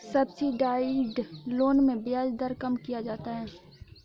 subsidised loan में ब्याज दर कम किया जाता है